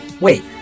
Wait